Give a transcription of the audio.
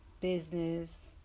business